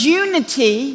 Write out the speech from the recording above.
unity